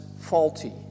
faulty